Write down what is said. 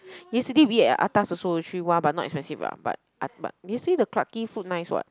yesterday we ate at atas also but not expensive ah but uh but you say the Clarke Quay food nice [what]